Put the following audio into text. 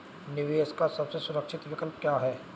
निवेश का सबसे सुरक्षित विकल्प क्या है?